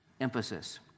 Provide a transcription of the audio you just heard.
emphasis